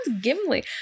Gimli